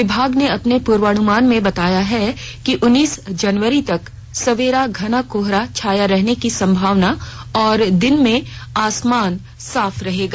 विभाग ने अपने पूर्वानुमान में बताया है कि उन्नीस जनवरी तक सवेरे घना कोहरा छाये रहने की संभावना और दिन में आसमान साफ रहेगा